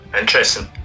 Interesting